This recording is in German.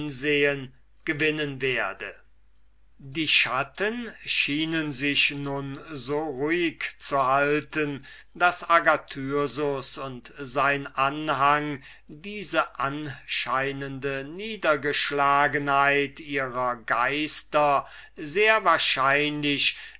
gewinnen werde die schatten schienen sich nun so ruhig zu halten daß agathyrsus und sein anhang diese anscheinende niedergeschlagenheit ihrer geister sehr wahrscheinlich